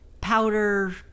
powder